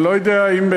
אני לא יודע אם,